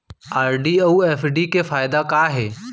RD अऊ FD के फायेदा का हे?